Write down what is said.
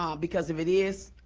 um because if it is,